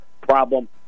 problem